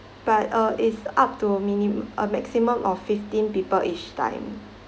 but uh it's up to a mini~ a maximum of fifteen people each time